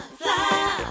fly